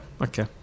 okay